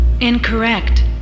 Incorrect